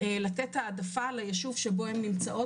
לתת העדפה ליישוב שבו הן נמצאות,